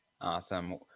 awesome